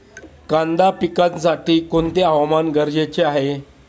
कांदा पिकासाठी कोणते हवामान गरजेचे आहे?